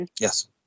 Yes